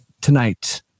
tonight